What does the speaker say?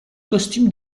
costumes